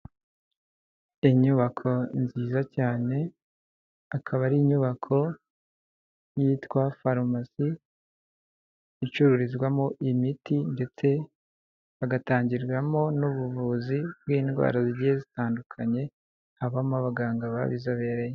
Inyubako nziza cyane akaba ari inyubako yitwa farumasi, icururizwamo imiti ndetse hagatangirwamo n'ubuvuzi bw'indwara zigiye zitandukanye, habamo abaganga babizobereye.